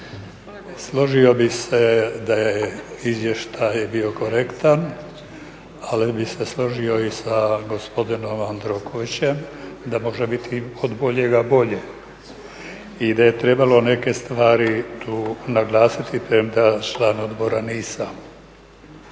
složio bih se da je izvještaj bio korektan ali bih se složio i sa gospodinom Jandrokovićem da može biti od boljega bolje i da je trebalo neke stvari naglasiti premda član odbora nisam.